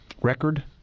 record